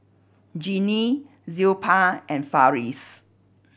Genie Zilpah and Farris